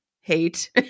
hate